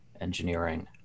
engineering